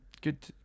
good